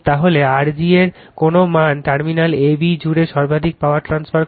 তাহলে Rg এর কোন মান টার্মিনাল ab জুড়ে সর্বাধিক পাওয়ার ট্রান্সফার করে